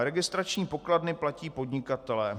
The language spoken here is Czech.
Registrační pokladny platí podnikatelé.